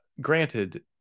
granted